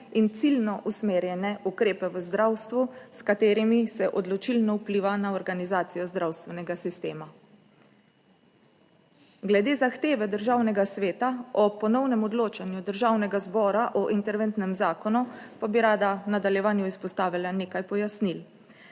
in ciljno usmerjene ukrepe v zdravstvu, s katerimi se odločilno vpliva na organizacijo zdravstvenega sistema glede zahteve Državnega sveta o ponovnem odločanju Državnega zbora o interventnem zakonu pa bi rada v nadaljevanju izpostavila nekaj pojasnil.